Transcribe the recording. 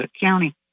county